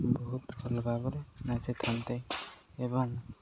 ବହୁତ ଭଲ ଭାବରେ ନାଚଥାନ୍ତି ଏବଂ